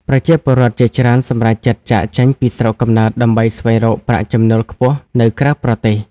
ប្រជាពលរដ្ឋជាច្រើនសម្រេចចិត្តចាកចេញពីស្រុកកំណើតដើម្បីស្វែងរកប្រាក់ចំណូលខ្ពស់នៅក្រៅប្រទេស។